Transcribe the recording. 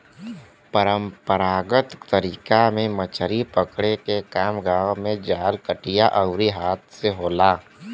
परंपरागत तरीका में मछरी पकड़े के काम गांव में जाल, कटिया आउर हाथ से होला